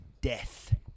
death